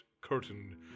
curtain